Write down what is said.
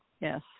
Yes